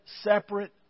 separate